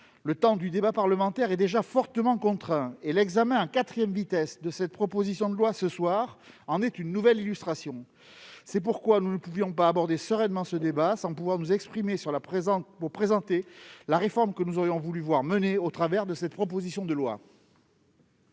Le temps du débat parlementaire est déjà fortement contraint- l'examen en quatrième vitesse de cette proposition de loi en est, ce soir, une nouvelle illustration. C'est pourquoi nous ne saurions aborder sereinement ce débat sans nous exprimer pour présenter la réforme que nous aurions voulu voir mener au travers de cette proposition de loi.